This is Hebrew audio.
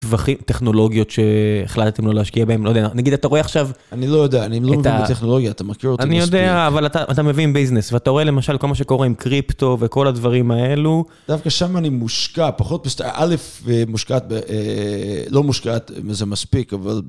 טכנולוגיות שהחלטתם לא להשקיע בהן, לא יודע, נגיד אתה רואה עכשיו... אני לא יודע, אני לא מבין בטכנולוגיה, אתה מכיר אותי מספיק. אני יודע, אבל אתה מבין ביזנס, ואתה רואה למשל כל מה שקורה עם קריפטו וכל הדברים האלו. דווקא שם אני מושקע, פחות פשוט, א', מושקעת, לא מושקעת, זה מספיק, אבל...